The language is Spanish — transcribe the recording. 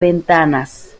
ventanas